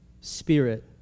Spirit